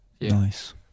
Nice